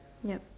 ya